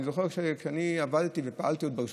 אני זוכר שכשאני עבדתי ופעלתי עוד ברשות